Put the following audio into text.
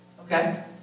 Okay